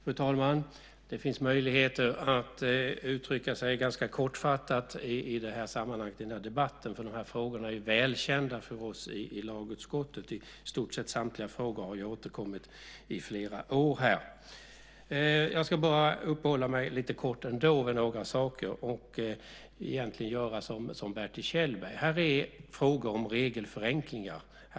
Fru talman! Det finns möjligheter att uttrycka sig ganska kortfattat i debatten i det här sammanhanget. De här frågorna är välkända hos oss i lagutskottet. I stort sett samtliga frågor har återkommit i flera år. Jag ska lite kort uppehålla mig vid några saker, och egentligen göra som Bertil Kjellberg. Här är frågor om regelförenklingar.